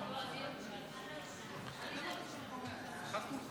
ששתי הצעות החוק מבקשות לתקן את סעיף 1 שבהן ולהאריך את תוקף